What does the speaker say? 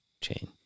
chain